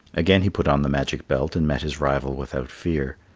again he put on the magic belt and met his rival without fear.